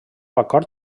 acord